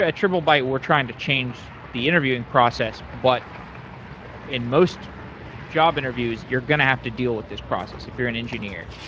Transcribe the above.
ah triplebyte, we're trying to change the interviewing process, but in most job interviews you're going to have to deal with this process if you're an engineer.